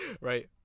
right